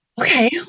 Okay